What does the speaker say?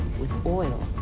with oil,